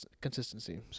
consistency